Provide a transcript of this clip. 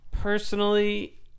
personally